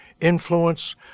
influence